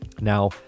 Now